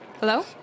Hello